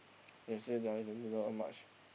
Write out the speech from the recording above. they say that they didn't didn't earn much